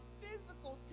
physical